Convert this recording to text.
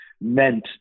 meant